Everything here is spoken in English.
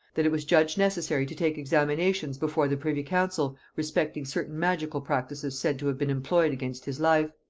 that it was judged necessary to take examinations before the privy-council respecting certain magical practices said to have been employed against his life.